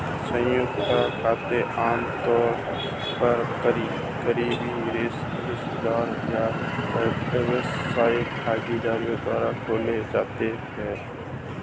संयुक्त खाते आमतौर पर करीबी रिश्तेदार या व्यावसायिक भागीदारों द्वारा खोले जाते हैं